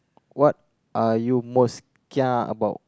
what are you most kia about